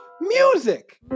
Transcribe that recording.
music